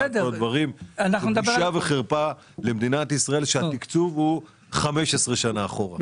בושה וחרפה למדינת ישראל שהתקצוב הוא 15 שנה אחורה.